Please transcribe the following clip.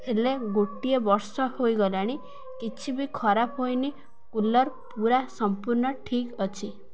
ହେଲେ ଗୋଟିଏ ବର୍ଷ ହୋଇଗଲାଣି କିଛି ବି ଖରାପ ହୋଇନି କୁଲର୍ ପୁରା ସମ୍ପୂର୍ଣ୍ଣ ଠିକ୍ ଅଛି